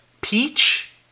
Peach